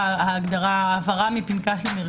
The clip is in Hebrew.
"ממונה" זה מושג רלוונטי ומתאים.